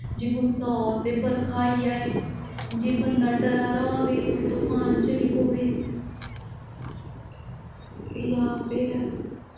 जे गुस्सा होए ते बरखा आई जाए जे बंदा डरा दा होए ते तफान चली पवै जां फिर